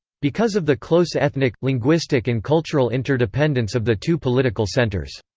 because of the close ethnic, linguistic and cultural interdependence of the two political centers.